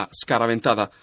scaraventata